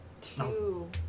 two